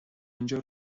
اینجا